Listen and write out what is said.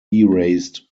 erased